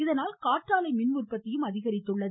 இதனால் காற்றாலை மின் உற்பத்தியும் அதிகரித்துள்ளது